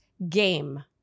Game